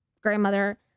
grandmother